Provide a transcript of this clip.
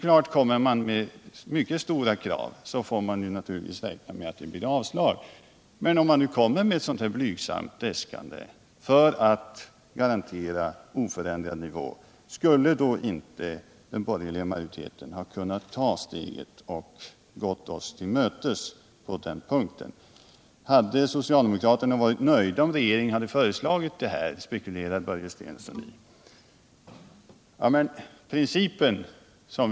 Kommer man med mycket stora krav får man naturligtvis räkna med avslag, men om man nu kommer med ett äskande för att garantera en oförändrad nivå, skulle då inte den borgerliga majoriteten ha kunnat gå oss till mötes? Hade socialdemokraterna varit nöjda om regeringen hade föreslagit det här? spekulerar Börje Stensson.